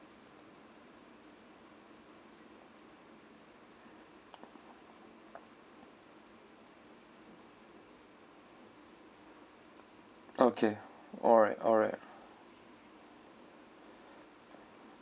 okay alright alright